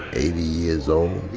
eighty years old,